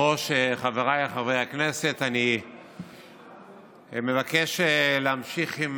חבריי חברי הכנסת, אני מבקש להמשיך עם